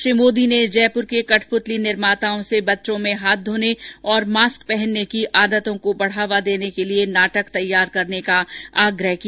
श्री मोदी ने जयपुर के कठप्रतली निर्माताओं से बच्चों में हाथ धोने और मास्क पहनने की आदतों को बढ़ावा देने के लिए नाटक तैयार करने का आग्रह किया